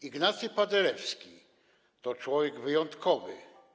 Ignacy Paderewski to człowiek wyjątkowy.